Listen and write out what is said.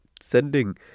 sending